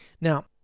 Now